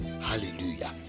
hallelujah